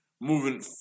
Moving